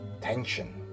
tension